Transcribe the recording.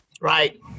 Right